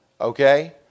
Okay